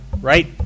right